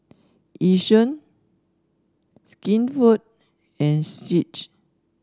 Yishion Skinfood and Schick